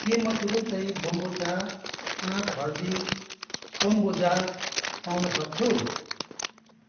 के म तुरुन्तै बम्बुचा आँप हर्दी कोम्बुचा पाउन सक्छु